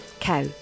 Cow